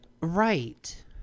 Right